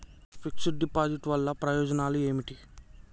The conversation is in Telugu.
ఫిక్స్ డ్ డిపాజిట్ వల్ల ప్రయోజనాలు ఏమిటి?